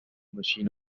machine